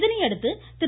இதனையடுத்து திரு